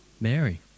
Mary